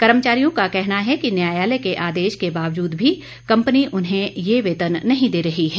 कर्मचारियों का कहना है कि न्यायालय के आदेश के बावजूद भी कंपनी उन्हें ये वेतन नहीं दे रही है